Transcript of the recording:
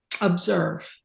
observe